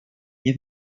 nie